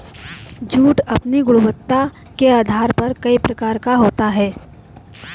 jute अपनी गुणवत्ता के आधार पर कई प्रकार का होता है